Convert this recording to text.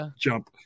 jump